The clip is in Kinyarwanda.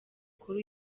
kuri